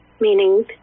meaning